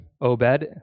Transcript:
Obed